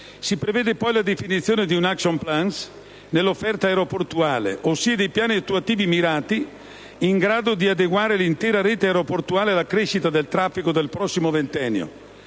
Si prevede poi la definizione di*action plans* nell'offerta aeroportuale, ossia dei piani attuativi mirati in grado di adeguare l'intera rete aeroportuale alla crescita del traffico del prossimo ventennio.